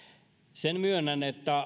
sen myönnän että